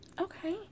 Okay